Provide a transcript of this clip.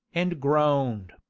and groaned.